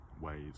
ways